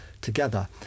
together